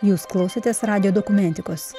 jūs klausėtės radijo dokumentikos